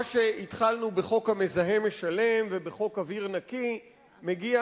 מה שהתחלנו בחוק המזהם משלם ובחוק אוויר נקי מגיע